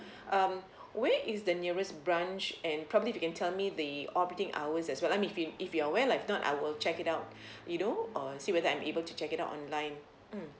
um where is the nearest branch and probably if you can tell me the operating hours as well I mean if you're aware lah if not I will check it out you know uh see whether I'm able to check it out online mm